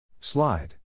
Slide